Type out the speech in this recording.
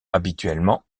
habituellement